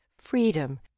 freedom